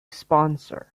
sponsor